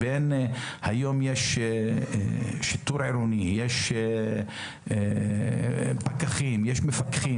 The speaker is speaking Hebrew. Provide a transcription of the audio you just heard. היום יש שיטור עירוני, יש פקחים ויש מפקחים.